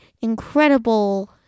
incredible